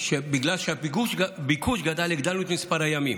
שבגלל שהביקוש גדל הגדלנו את מספר הימים.